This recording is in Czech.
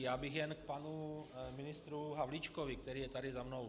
Já bych jen k panu ministru Havlíčkovi, který je tady za mnou.